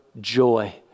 joy